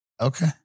Okay